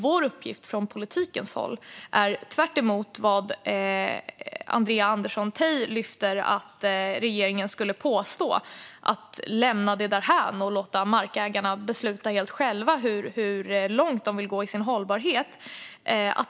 Vår uppgift från politikens håll är, tvärtemot vad Andrea Andersson Tay lyfte fram att regeringen skulle påstå, inte att lämna det därhän och låta markägarna besluta helt själva hur långt de vill gå i sin hållbarhet.